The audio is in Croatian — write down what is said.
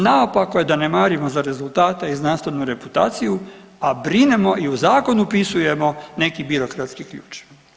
Naopako je da ne marimo za rezultate i znanstvenu reputaciju, a brinemo i u zakon upisujemo neki birokratski ključ.